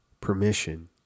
Permission